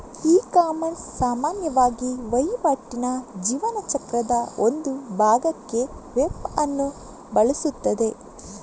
ecommerce ಸಾಮಾನ್ಯವಾಗಿ ವಹಿವಾಟಿನ ಜೀವನ ಚಕ್ರದ ಒಂದು ಭಾಗಕ್ಕೆ ವೆಬ್ ಅನ್ನು ಬಳಸುತ್ತದೆ